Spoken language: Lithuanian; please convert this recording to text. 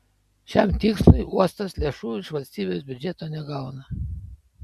šiam tikslui uostas lėšų iš valstybės biudžeto negauna